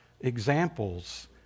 examples